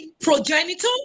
progenitor